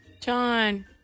John